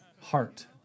heart